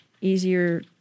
easier